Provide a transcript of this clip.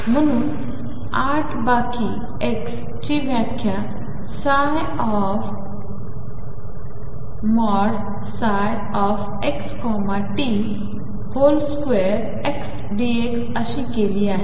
म्हणून आठवा की ⟨x⟩ ची व्याख्या ∫xt2 x dx अशी केली आहे